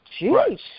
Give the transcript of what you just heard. jeez